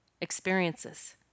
experiences